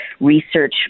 research